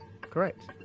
correct